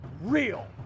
real